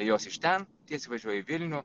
jos iš ten tiesiai važiuoja į vilnių